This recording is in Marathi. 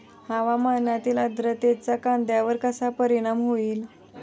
हवामानातील आर्द्रतेचा कांद्यावर कसा परिणाम होईल?